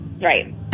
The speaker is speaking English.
right